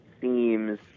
seems